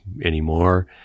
anymore